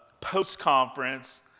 post-conference